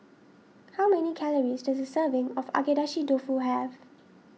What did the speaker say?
how many calories does a serving of Agedashi Dofu have